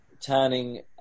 turning